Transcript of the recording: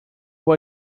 vou